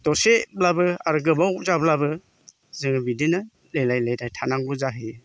दसेब्लाबो आरो गोबाव जाब्लाबो जोङो बिदिनो लेलाय लेलाय थानांगौ जाहैयो